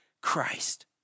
Christ